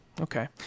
Okay